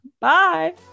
bye